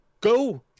go